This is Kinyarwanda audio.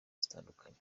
zitandukanye